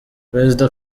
perezida